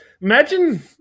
imagine